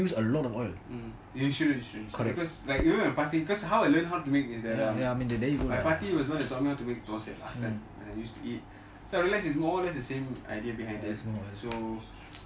you mmhmm you should you should you should because even in பாட்டி:paati cause how I learn how to make my பாட்டி:paati was on who taught me to make தோசை:dosa I used to eat so I realised it's more or less the same idea behind that so